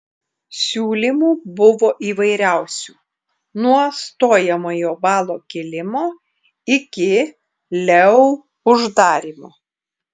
siūlymų buvo įvairiausių nuo stojamojo balo kėlimo iki leu uždarymo